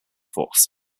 force